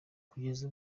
kugeza